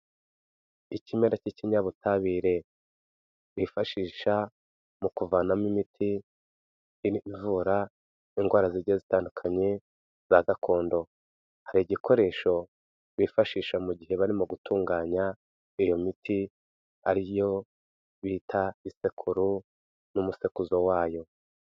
Ikimera cy'ikinyabutabire bifashisha mu kuvanamo imiti ivura indwara zigiye zitandukanye za gakondo, hari igikoresho bifashisha mu gihe barimo gutunganya iyo miti ari yo bita isekuru n'umusekuzo wayo.